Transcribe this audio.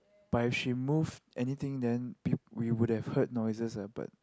but if she move anything then pe~ we would heard noises ah but